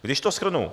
Když to shrnu.